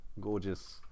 gorgeous